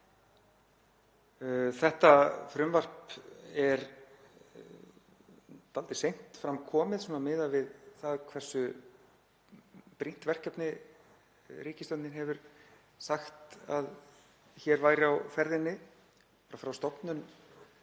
Þetta frumvarp er dálítið seint fram komið miðað við það hversu brýnt verkefni ríkisstjórnin hefur sagt að hér væri á ferðinni. Frá stofnun